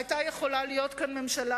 היתה יכולה להיות כאן ממשלה,